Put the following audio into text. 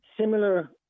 similar